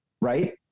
Right